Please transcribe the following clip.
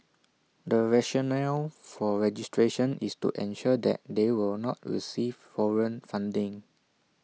the rationale for registration is to ensure that they will not receive foreign funding